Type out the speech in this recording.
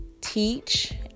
teach